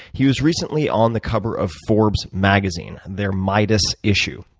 he was recently on the cover of forbes magazine, their midas issue.